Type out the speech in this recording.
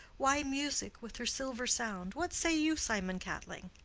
why music with her silver sound? what say you, simon catling?